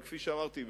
אבל כפי שאמרתי,